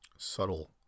Subtle